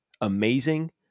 amazing